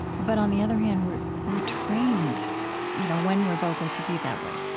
but on the other hand, we're we're trained you know when we're vocal to be that way.